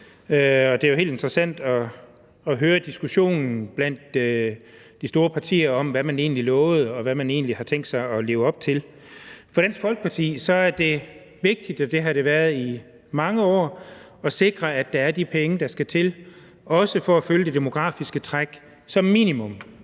Det er jo helt interessant at høre diskussionen blandt de store partier om, hvad man egentlig lovede, og hvad man egentlig har tænkt sig at leve op til. For Dansk Folkeparti er det vigtigt – og det har det været i mange år – at sikre, at der er de penge, der skal til, for at følge det demografiske træk, som minimum.